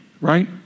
Right